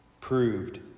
proved